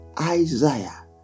Isaiah